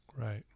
Right